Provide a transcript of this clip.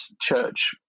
church